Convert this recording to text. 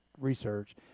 research